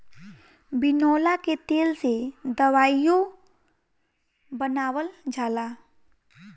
बिनौला के तेल से दवाईओ बनावल जाला